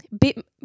bit